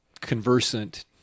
conversant